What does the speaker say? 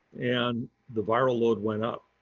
and the viral load went up.